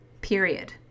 period